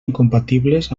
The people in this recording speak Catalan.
incompatibles